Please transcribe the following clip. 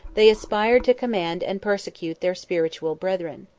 they aspired to command and persecute their spiritual brethren.